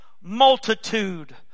multitude